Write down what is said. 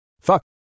Fuck